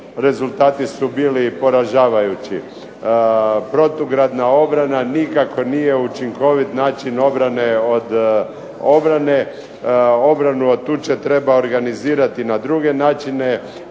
rezultati su bili poražavajući. Protugradna obrana nikako nije učinkovit način obrane od obrane, obranu od tuče treba organizirati na druge načine,